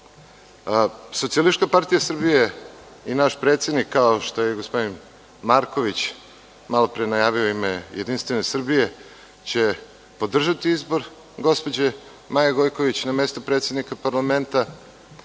partija Srbije i naš predsednik kao što je gospodin Marković malopre najavio u ime Jedinstvene Srbije će podržati izbor gospođe Maje Gojković na mesto predsednika parlamenta,